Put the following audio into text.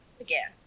again